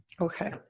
Okay